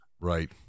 right